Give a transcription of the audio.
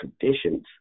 conditions